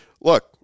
look